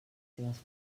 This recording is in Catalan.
seues